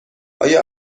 آیا